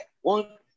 one